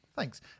Thanks